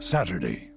Saturday